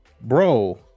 bro